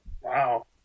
Wow